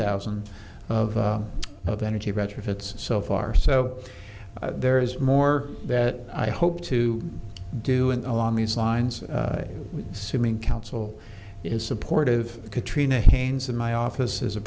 thousand of of energy retrofits so far so there is more that i hope to do and along these lines simming council is supportive katrina haynes of my office is a